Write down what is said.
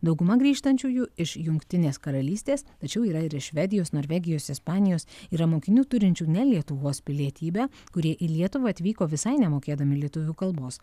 dauguma grįžtančiųjų iš jungtinės karalystės tačiau yra ir švedijos norvegijos ispanijos yra mokinių turinčių ne lietuvos pilietybę kurie į lietuvą atvyko visai nemokėdami lietuvių kalbos